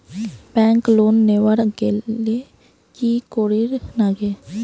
Bank loan নেওয়ার গেইলে কি করীর নাগে?